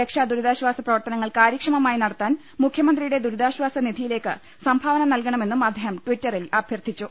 രക്ഷാ ദുരിതാശ്ചാസ പ്രവർത്തനങ്ങൾ കാര്യക്ഷമമായി നടത്താൻ മുഖ്യമന്ത്രിയുടെ ദുരിതാശ്വാസ നിധിയിലേക്ക് സംഭാവന നൽകണമെന്നും അദ്ദേഹം ട്വിറ്ററിൽ അഭ്യർത്ഥിച്ചു